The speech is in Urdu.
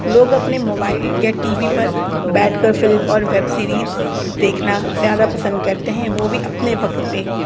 لوگ اپنے موبائل یا ٹی وی پر بیٹھ کر فلم اور ویب سیریز دیکھنا زیادہ پسند کرتے ہیں وہ بھی اپنے وقت پہ